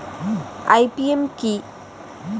IPM কি?